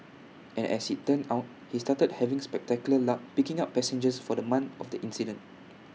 and as IT turned out he started having spectacular luck picking up passengers for the month of the incident